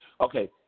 Okay